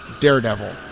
daredevil